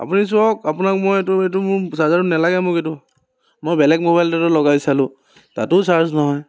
আপুনি চাওক আপোনাক মই এইটো এইটো মোক চাৰ্জাৰটো নালাগে মোক এইটো মই বেলেগ মোবাইল এটাতো লগাই চালো তাতো চাৰ্জ নহয়